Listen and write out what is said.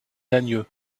dagneux